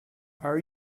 are